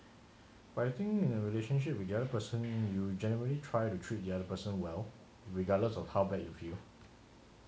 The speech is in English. but I think in a relationship with the other person you generally try to treat the other person well regardless of how bad you feel